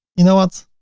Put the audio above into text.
you know what?